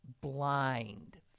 blind